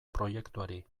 proiektuari